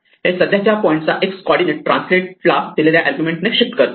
हे सध्याच्या पॉईंटचा x कॉर्डीनेट ट्रान्सलेट ला दिलेल्या आर्ग्युमेंटने शिफ्ट करते